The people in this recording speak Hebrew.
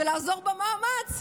ולעזור במאמץ,